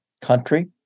country